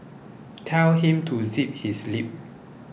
tell him to zip his lip